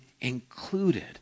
included